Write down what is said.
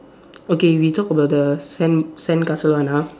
okay we talk about the sand sandcastle one ah